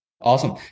awesome